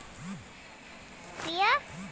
धनवा एक भाव ना रेड़त बा कवनो उपाय बतावा?